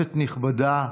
כנסת נכבדה,